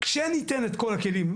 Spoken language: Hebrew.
כשניתן את כל הכלים.